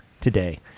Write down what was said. today